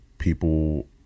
people